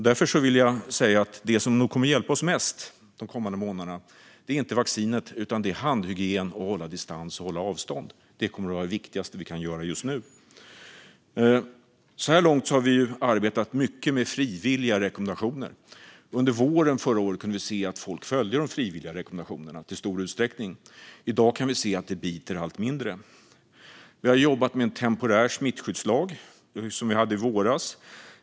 Därför vill jag säga att det som nog kommer att hjälpa oss mest under den kommande tiden inte är vaccinet utan handhygien och att hålla distans. Det kommer att vara det viktigaste som vi kan göra just nu. Så här långt har vi arbetat mycket med frivilliga rekommendationer. Under våren förra året kunde vi se att folk följde de frivilliga rekommendationerna till stor del. I dag kan vi se att de biter allt mindre. Vi har jobbat med en temporär smittskyddslag som vi hade i våras.